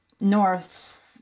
North